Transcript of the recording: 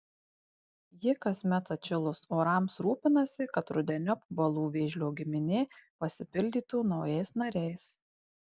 ji kasmet atšilus orams rūpinasi kad rudeniop balų vėžlio giminė pasipildytų naujais nariais